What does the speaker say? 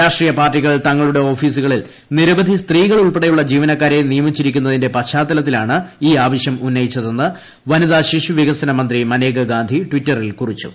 രാഷ്ട്രീയ പാർട്ടികൾ തങ്ങളുടെ ഓഫീസുകളിൽ നിരവധി സ്ത്രീകൾ ഉൾപ്പെടെയുള്ള ജീവനക്കാരെ നിയമിച്ചിരിക്കുന്നതിന്റെ പശ്ചാത്തലത്തിലാണ് ഈ ആവശ്യം ഉന്നയിച്ചതെന്ന് വനിതാ ശിശുവികസന മന്ത്രി മനേകാ ഗാന്ധി ടിറ്ററിൽ കുറിച്ചു